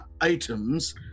items